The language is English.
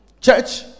church